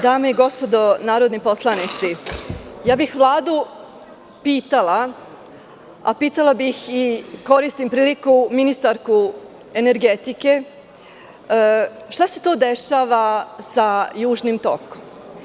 Dame i gospodo narodni poslanici, Vladu bih pitala, a pitala bih i ministarku energetike šta se to dešava sa Južnim tokom?